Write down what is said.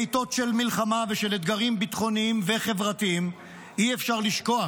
בעיתות של מלחמה ושל אתגרים ביטחוניים וחברתיים אי-אפשר לשכוח